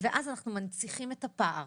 ככה אנחנו מנציחים את הפער